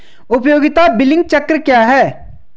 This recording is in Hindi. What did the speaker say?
उपयोगिता बिलिंग चक्र क्या है?